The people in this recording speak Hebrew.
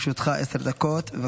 לרשותך עשר דקות.